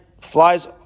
flies